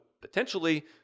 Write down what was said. potentially